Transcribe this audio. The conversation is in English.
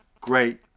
great